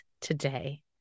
today